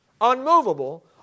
unmovable